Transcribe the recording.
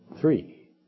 Three